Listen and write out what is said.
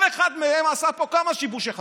כל אחד מהם עשה פה כמה שיבושי חקירה.